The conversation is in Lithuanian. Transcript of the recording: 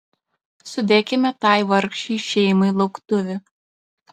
sudėkime tai vargšei šeimai lauktuvių